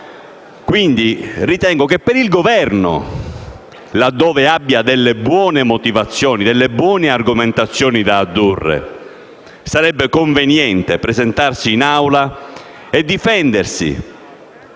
Quindi, per il Governo, laddove abbia delle buone motivazioni e delle buone argomentazioni da addurre, sarebbe conveniente presentarsi in Aula e difendersi